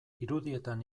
irudietan